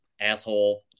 asshole